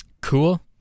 cool